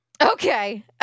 okay